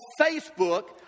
Facebook